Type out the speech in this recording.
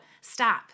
stop